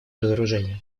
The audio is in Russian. разоружения